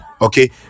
okay